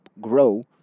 grow